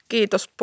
Kiitos